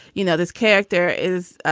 you know, this character is,